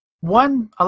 one